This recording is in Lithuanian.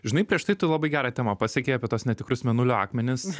žinai prieš tai tu labai gerą temą pasiekei apie tuos netikrus mėnulio akmenis